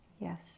Yes